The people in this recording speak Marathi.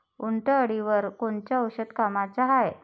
उंटअळीवर कोनचं औषध कामाचं हाये?